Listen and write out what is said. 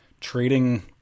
Trading—